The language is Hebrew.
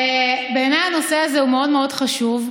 בעיניי הנושא הזה הוא מאוד חשוב.